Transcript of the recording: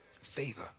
Favor